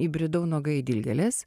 įbridau nuoga į dilgėles